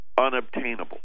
unobtainable